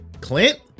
Clint